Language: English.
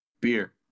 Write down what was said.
beer